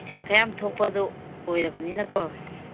ꯄꯩꯁꯥ ꯈꯔ ꯌꯥꯝ ꯊꯣꯛꯄꯗꯨ ꯑꯣꯏꯔꯕꯅꯤꯅꯀꯣ